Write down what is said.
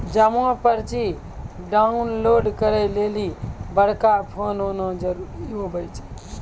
जमा पर्ची डाउनलोड करे लेली बड़का फोन होना जरूरी हुवै छै